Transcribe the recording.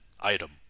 item